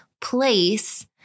place